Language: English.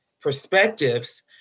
perspectives